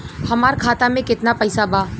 हमार खाता में केतना पैसा बा?